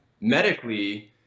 Medically –